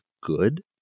good